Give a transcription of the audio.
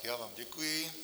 Já vám děkuji.